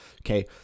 okay